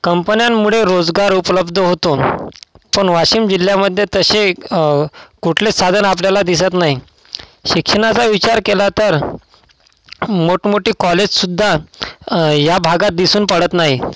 कंपन्यांमुळे रोजगार उपलब्ध होतो पण वाशीम जिल्ह्यामध्ये तसे कुठलेच साधन आपल्याला दिसत नाहीे शिक्षणाचा विचार केला तर मोठमोठे कॉलेज सुद्धा या भागात दिसून पडत नाही